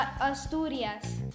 Asturias